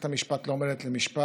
מערכת המשפט לא עומדת למשפט,